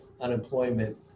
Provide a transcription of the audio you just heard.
unemployment